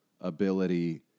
ability